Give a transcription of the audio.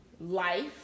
life